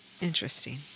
Interesting